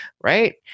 right